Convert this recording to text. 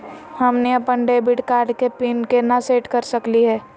हमनी अपन debit card के पीन केना सेट कर सकली हे?